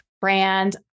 brand